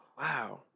Wow